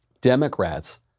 Democrats